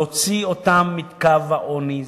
להוציא אותם מקו העוני,